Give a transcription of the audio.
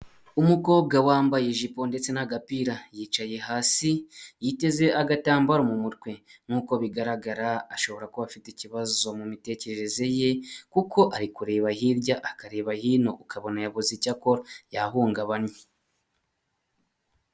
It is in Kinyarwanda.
Umukobwa wambaye ijipo ndetse n'agapira, yicaye hasi yiteze agatamba mu mutwe nk'uko bigaragara ashobora kuba afite ikibazo mu mitekerereze ye, kuko ari kureba hirya akareba hinino ukabona yabuze icya akora yahungabanye.